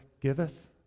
giveth